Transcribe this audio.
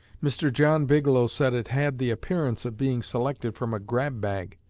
mr. john bigelow said it had the appearance of being selected from a grab-bag.